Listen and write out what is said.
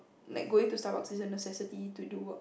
like going to Starbucks is a necessity to do work